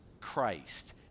Christ